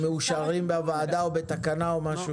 הם מאושרים בוועדה או בתקנה או משהו.